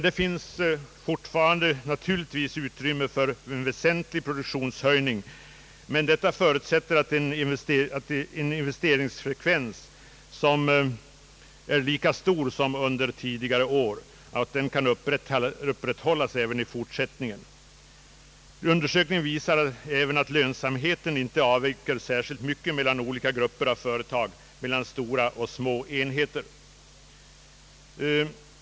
Det finns naturligtvis fortfarande utrymme för väsentliga produktionshöjningar, men detta förutsätter att en investeringsfrekvens som präglat tidigare år kan upprätthållas även i fortsättningen. Undersökningar visar även att lönsamheten inte avviker särskilt mycket mellan olika grupper av företag, t.ex. mellan stora och små enheter.